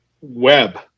web